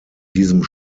diesem